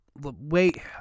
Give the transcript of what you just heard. Wait